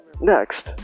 next